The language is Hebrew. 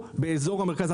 מהמטרו באזור המרכז.